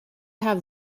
have